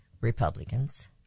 Republicans